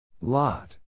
Lot